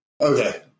okay